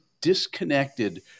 disconnected